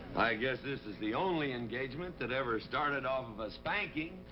i guess this is the only engagement, that ever started off of a spanking.